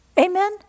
Amen